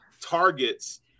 targets